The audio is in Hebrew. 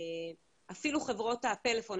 אפילו חברות הפלאפון,